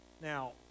Now